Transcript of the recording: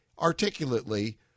articulately